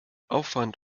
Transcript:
aufwand